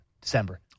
December